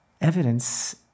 evidence